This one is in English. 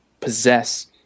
possess